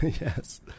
Yes